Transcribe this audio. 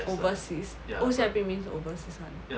overseas O_C_I_P means overseas [one]